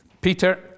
Peter